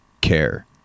care